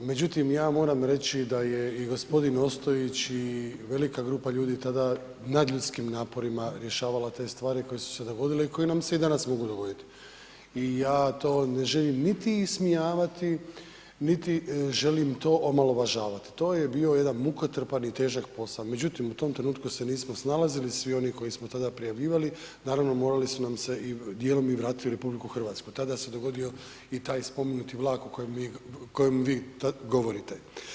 Međutim, ja moram reći da je i g. Ostojić i velika grupa ljudi tada nadljudskim naporima rješavala te stvari koje su se dogodile i koji nam se i danas mogu dogodit i ja to ne želim niti ismijavati, niti želim to omalovažavati, to je bio jedan mukotrpan i težak posao, međutim, u tom trenutku se nismo snalazili, svi oni koje smo tada prijavljivali, naravno morali su nam se i dijelom i vratiti u RH, tada se dogodio i taj spomenuti vlak o kojem vi govorite.